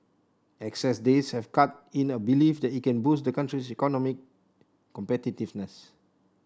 excess days have cut in a belief that it can boost the country's economic competitiveness